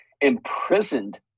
imprisoned